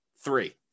three